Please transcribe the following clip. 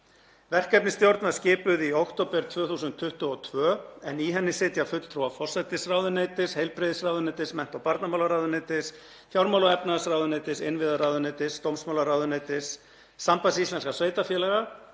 Verkefnisstjórn var skipuð í október 2022, en í henni sitja fulltrúar forsætisráðuneytis, heilbrigðisráðuneytis, mennta- og barnamálaráðuneytis, fjármála- og efnahagsráðuneytis, innviðaráðuneytis, dómsmálaráðuneytis, Sambands íslenskra sveitarfélaga,